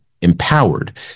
empowered